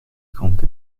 konnte